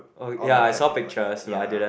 all the traffic light ya